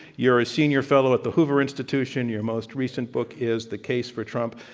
you're a senior fellow at the hoover institution. your most recent book is, the case for trump.